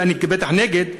ואני בטח נגד,